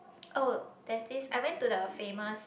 oh there's this I went to the famous